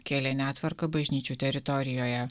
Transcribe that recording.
kėlė netvarką bažnyčių teritorijoje